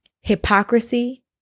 hypocrisy